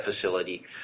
facility